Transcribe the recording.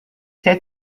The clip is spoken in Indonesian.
saya